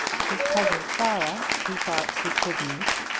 his cousin clara he thought he could meet,